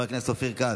חבר הכנסת אופיר כץ,